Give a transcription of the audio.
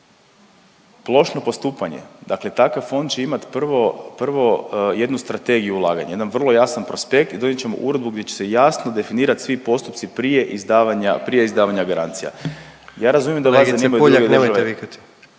Plošno postupanje, dakle takav fond će imat prvo jednu strategiju ulaganja, jedan vrlo jasan prospekt i donijet ćemo uredbu gdje će se jasno definirat svi postupci prije izdavanja garancija …/Upadica se ne razumije./…